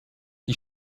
die